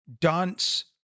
dance